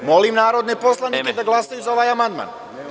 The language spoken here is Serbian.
Molim narodne poslanike da glasaju za ovaj amandman.